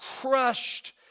crushed